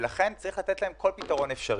לכן צריך לתת לי כל פתרון אפשרי.